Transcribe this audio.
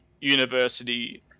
university